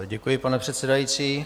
Děkuji, pane předsedající.